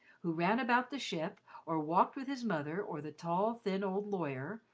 who ran about the ship or walked with his mother or the tall, thin old lawyer,